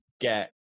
get